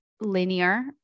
linear